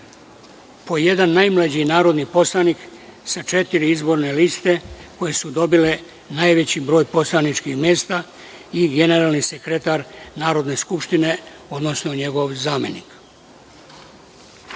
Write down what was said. po jedan najmlađi narodni poslanik sa četiri izborne liste koje su dobile najveći broj poslaničkih mesta i generalni sekretar Narodne skupštine, odnosno njegov zamenik. Molim